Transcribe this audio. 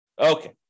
Okay